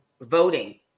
voting